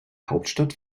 hauptstadt